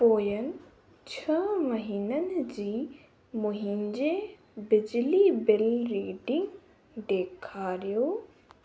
पोइनि छह महिननि जी मुंहिंजे बिजली बिल रीडिंग डेखारियो